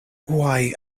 why